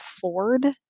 Ford